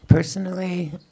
Personally